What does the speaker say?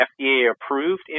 FDA-approved